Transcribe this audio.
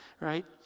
right